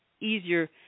Easier